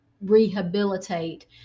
rehabilitate